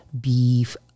beef